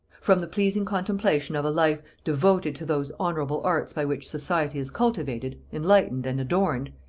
from the pleasing contemplation of a life devoted to those honorable arts by which society is cultivated, enlightened and adorned,